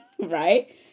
right